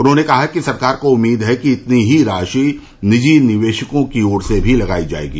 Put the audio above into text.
उन्होंने कहा कि सरकार को उम्मीद है कि इतनी ही राशि निजी निवेशकों की ओर से भी लगाई जाएगी